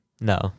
No